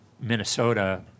Minnesota